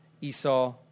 Esau